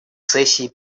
сессии